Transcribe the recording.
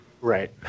Right